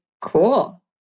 cool